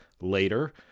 later